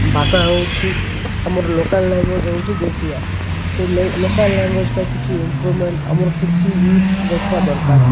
ଭାଷା ହେଉଛି ଆମର ଲୋକାଲ୍ ଲାଙ୍ଗୁଏଜ୍ ହେଉଛି ଦେଶୀଆ ତ ଲୋକଲ୍ ଲାଙ୍ଗୁଏଜ୍ ପାଇଁ କିଛି ଇମ୍ପ୍ରୁଭ୍ମେଣ୍ଟ୍ ଆମର କିଛି ଇ ଦେଖିବା ଦରକାର